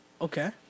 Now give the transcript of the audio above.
Okay